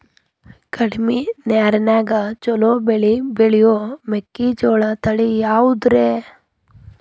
ಕಡಮಿ ನೇರಿನ್ಯಾಗಾ ಛಲೋ ಬೆಳಿ ಬೆಳಿಯೋ ಮೆಕ್ಕಿಜೋಳ ತಳಿ ಯಾವುದ್ರೇ?